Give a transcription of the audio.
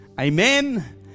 amen